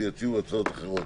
שיציעו הצעות אחרות.